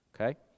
Okay